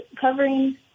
covering